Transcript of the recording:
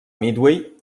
midway